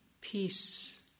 peace